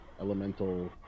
elemental